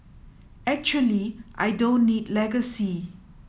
actually I don't need legacy